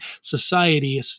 society